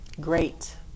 great